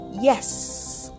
Yes